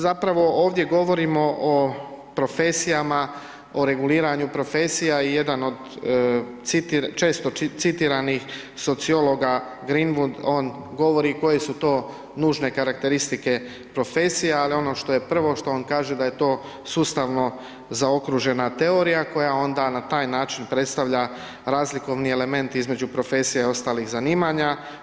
Zapravo ovdje govorimo o profesijama, o reguliranju profesija i jedan od često citiranih sociologa Grinvund on govori koje su to nužne karakteristike profesija, ali ono što je prvo što on kaže da je sustavno zaokružena teorija koja onda na taj način predstavlja razlikovni element između profesija i ostalih zanimanja.